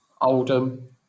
Oldham